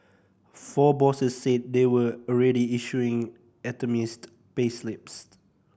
four bosses said they were already issuing itemised payslips